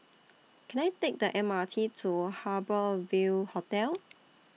Can I Take The M R T to Harbour Ville Hotel